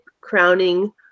crowning